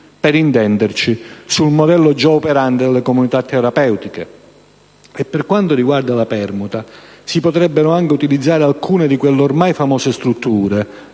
per intenderci sul modello già operante delle comunità terapeutiche. Per quanto riguarda poi la permuta, si potrebbero anche utilizzare alcune di quelle ormai famose strutture,